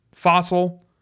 Fossil